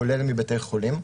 כולל מבתי חולים,